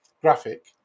graphic